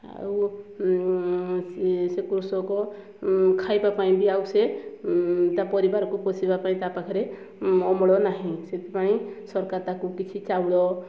ଆଉ ସିଏ ସେ କୃଷକ ଖାଇବା ପାଇଁ ବି ଆଉ ସେ ତା ପରିବାରକୁ ପୋଷିବା ପାଇଁ ତା ପାଖରେ ଅମଳ ନାହିଁ ସେଥିପାଇଁ ସରକାର ତାକୁ କିଛି ଚାଉଳ